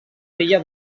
filla